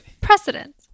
precedent